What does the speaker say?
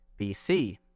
BC